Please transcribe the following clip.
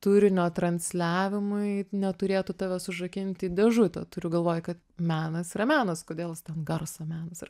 turinio transliavimui neturėtų tavęs užrakinti į dėžutę turiu galvoje kad menas yra menas kodėl jis ten garso menas ir